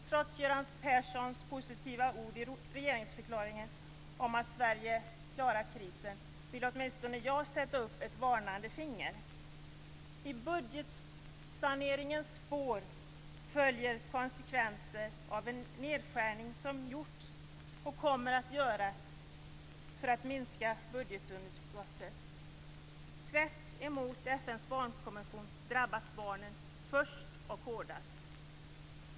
Trots Göran Perssons positiva ord i regeringsförklaringen om att Sverige klarar krisen, vill åtminstone jag höja ett varningens finger. I budgetsaneringens spår följer konsekvenser av den nedskärning som gjorts och kommer att göras för att minska budgetunderskottet. Tvärtemot vad som sägs i FN:s barnkonvention drabbas barnen först och hårdast.